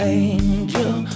angel